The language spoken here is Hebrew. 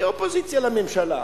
אני אופוזיציה לממשלה,